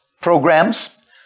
programs